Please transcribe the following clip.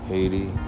Haiti